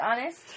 honest